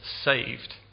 saved